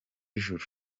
ijuru